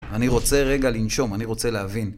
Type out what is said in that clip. אני רוצה רגע לנשום, אני רוצה להבין